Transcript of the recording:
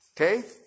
Okay